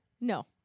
No